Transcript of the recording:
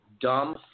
dumb